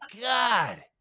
God